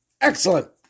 Excellent